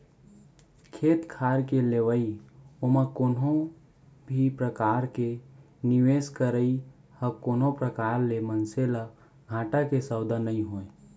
खेत खार के लेवई ओमा कोनो भी परकार के निवेस करई ह कोनो प्रकार ले मनसे ल घाटा के सौदा नइ होय